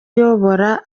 iyobora